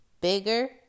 bigger